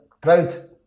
Proud